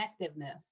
connectiveness